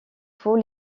faut